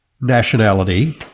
nationality